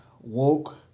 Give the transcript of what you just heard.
woke